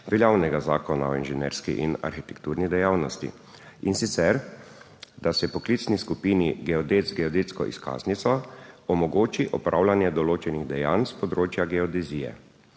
veljavnega Zakona o arhitekturni in inženirski dejavnosti, in sicer, da se poklicni skupini geodetov z geodetsko izkaznico omogoči opravljanje določenih dejanj s področja geodezije.